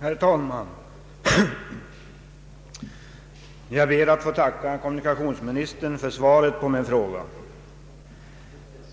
Herr talman! Jag ber att få tacka kommunikationsministern för svaret på min fråga.